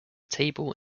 table